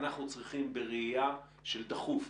אנחנו צריכים בראייה של דחוף,